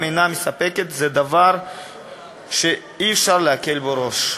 אינה מספקת זה דבר שאי-אפשר להקל בו ראש.